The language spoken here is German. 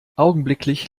augenblicklich